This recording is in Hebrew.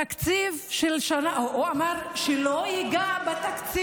אין, אני יודע.